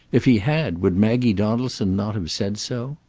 if he had, would maggie donaldson not have said so?